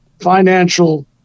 financial